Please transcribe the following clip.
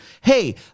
Hey